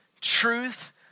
truth